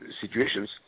situations